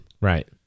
Right